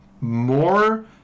more